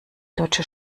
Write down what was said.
deutsche